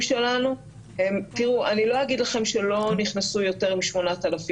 אני לא אגיד לכם שלא נכנסו יותר מ-8,000 איש,